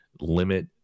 limit